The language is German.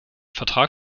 vertrag